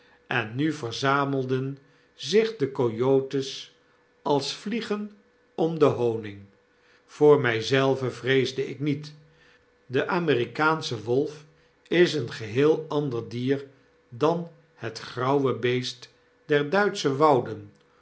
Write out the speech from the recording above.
en nu verzamelden zich de c o y o t e e s als vliegen om den honig voor my zelven vreesdp ik niet de amerikaansche wolf is een geheel ander dier dan het grauwe beest derduitsche wouden